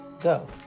Go